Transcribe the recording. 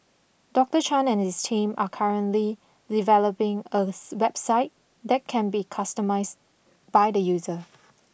Doctor Chan and his team are currently developing a website that can be customised by the user